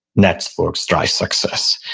networks drive success.